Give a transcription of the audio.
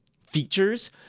features